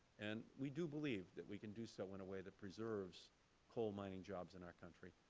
and we do believe that we can do so in a way that preserves coal mining jobs in our country.